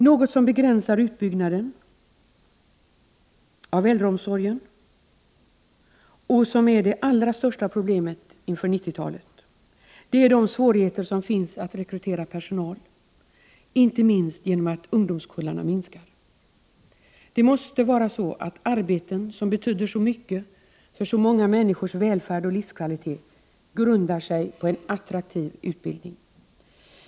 Något som begränsar utbyggnaden av äldreomsorgen och som är det allra största problemet inför 90-talet är de svårigheter som finns att rekrytera personal, inte minst genom att ungdomskullarna minskar. Det måste vara så att arbeten som betyder så mycket för så många människors välfärd och livskvalitet grundar sig på en attraktiv utbildning.